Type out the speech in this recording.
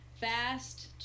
fast